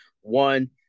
One